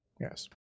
Yes